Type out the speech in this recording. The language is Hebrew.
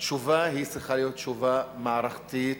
התשובה צריכה להיות תשובה מערכתית.